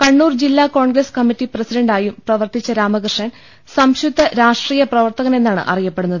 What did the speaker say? കണ്ണൂർ ജില്ലാ Congress committee president ആയും പ്രവർത്തിച്ച രാമകൃഷ്ണൻ സംശുദ്ധ രാഷ്ട്രീയ പ്രവർത്തകനെന്നാണ് അറിയപ്പെടുന്നത്